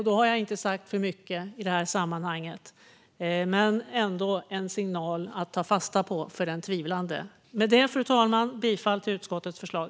Då har jag inte sagt för mycket i det sammanhanget, men det är ändå en signal att ta fasta på för tvivlaren. Med det, fru talman, yrkar jag bifall till utskottets förslag.